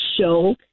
show